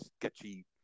sketchy